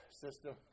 system